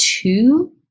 two